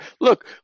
Look